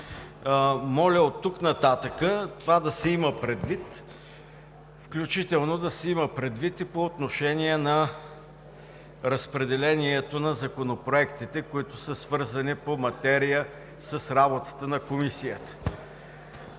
Моля, оттук нататък това да се има предвид, включително да се има предвид и по отношение на разпределението на законопроектите, които са свързани по материя с работата на Комисията.